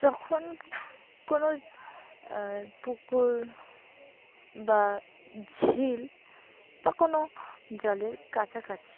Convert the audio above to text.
যখন কোনো পুকুর বা ঝিল বা কোনো জলের কাছাকাছি